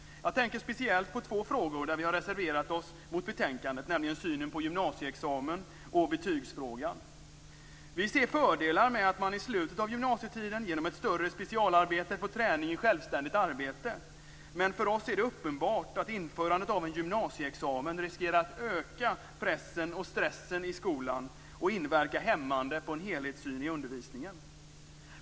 Jag tänker speciellt på två frågor där vi har reserverat oss mot betänkandet, nämligen synen på gymnasieexamen och betygsfrågan. Vi ser fördelar med att man i slutet av gymnasietiden genom ett större specialarbete får träning i självständigt arbete. Men för oss är det uppenbart att införandet av en gymnasieexamen riskerar att öka pressen och stressen i skolan och verka hämmande på en helhetssyn i undervisningen.